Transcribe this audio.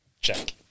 Check